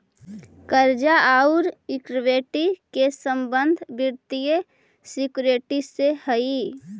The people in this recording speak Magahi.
कर्जा औउर इक्विटी के संबंध वित्तीय सिक्योरिटी से हई